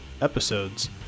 episodes